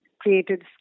created